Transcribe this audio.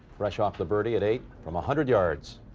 fresh off the birdie at eight from a hundred yards.